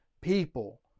people